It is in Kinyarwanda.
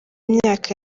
imyaka